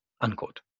Unquote